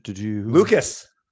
Lucas